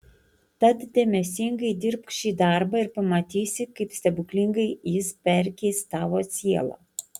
tad dėmesingai dirbk šį darbą ir pamatysi kaip stebuklingai jis perkeis tavo sielą